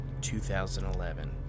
2011